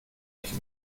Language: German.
nicht